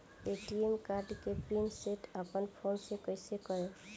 ATM card के pin set अपना phone से कइसे करेम?